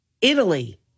Italy